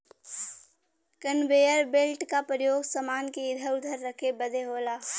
conveyor belt क परयोग समान के इधर उधर रखे बदे होला